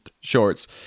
shorts